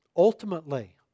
Ultimately